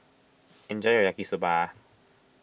enjoy your Yaki Soba